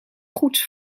goeds